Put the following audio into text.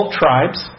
tribes